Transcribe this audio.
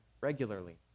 regularly